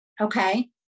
okay